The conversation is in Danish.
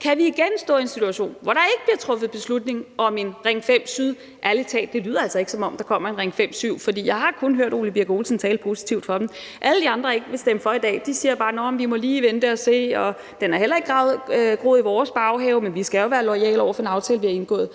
kan vi igen stå i en situation, hvor der ikke bliver truffet beslutning om en Ring 5 syd? Ærligt talt lyder det ikke, som om der kommer en Ring 5 syd, for jeg har kun hørt Ole Birk Olesen tale positivt for den. Alle de andre, der ikke vil stemme for i dag, siger bare: Nåh, men vi må lige vente og se, og den er heller ikke groet i vores baghave, men vi skal jo være loyale over for en aftale, vi har indgået.